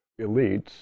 elites